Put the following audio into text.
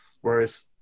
whereas